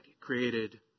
created